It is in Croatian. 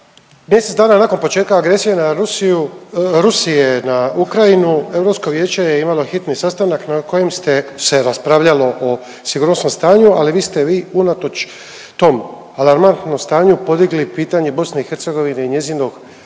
Mjesec dana nakon početka agresije na Rusiju, Rusije na Ukrajinu Europsko vijeće je imalo hitni sastanak na kojem ste, se raspravljalo o sigurnosnom stanju, ali vi ste vi unatoč tom alarmantnom stanju podigli i pitanje BiH i njezinog pristupnog